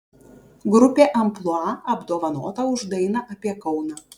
grupė amplua apdovanota už dainą apie kauną